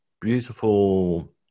beautiful